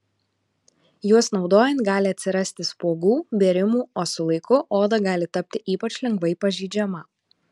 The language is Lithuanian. juos naudojant gali atsirasti spuogų bėrimų o su laiku oda gali tapti ypač lengvai pažeidžiama